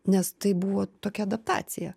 nes tai buvo tokia adaptacija